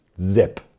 Zip